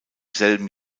selben